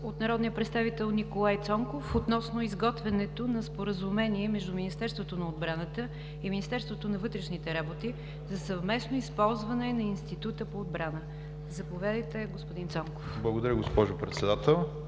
от народния представител Николай Цонков относно изготвянето на споразумение между Министерството на отбраната и Министерството на вътрешните работи за съвместно използване на Института по отбрана. Заповядайте, господин Цонков. НИКОЛАЙ ЦОНКОВ (БСП за